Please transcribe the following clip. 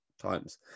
times